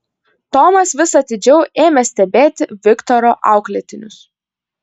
tomas vis atidžiau ėmė stebėti viktoro auklėtinius